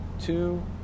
two